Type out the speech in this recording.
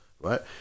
right